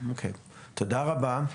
תודה רבה.